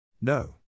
No